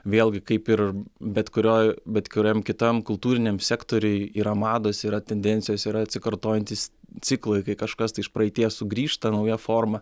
vėlgi kaip ir bet kurio bet kuriam kitam kultūriniam sektoriuj yra mados yra tendencijos yra atsikartojantys ciklai kai kažkas tai iš praeities sugrįžta nauja forma